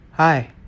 Hi